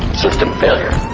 system failure.